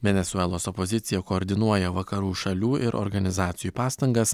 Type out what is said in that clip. venesuelos opozicija koordinuoja vakarų šalių ir organizacijų pastangas